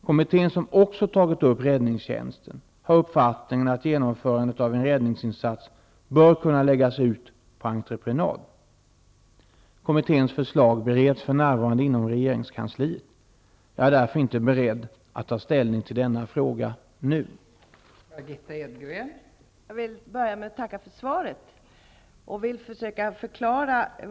Kommittén, som också tagit upp räddningstjänsten, har uppfattningen att genomförandet av en räddningsinsats bör kunna läggas ut på entreprenad. Kommitténs förslag bereds för närvarande inom regeringskansliet. Jag är därför inte beredd att ta ställning till denna fråga nu.